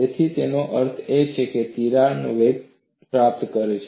તેથી તેનો અર્થ એ છે કે તિરાડ વેગ પ્રાપ્ત કરશે